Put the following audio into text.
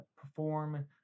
perform